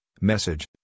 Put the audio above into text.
Message